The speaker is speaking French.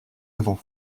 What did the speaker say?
avons